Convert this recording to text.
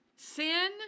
Sin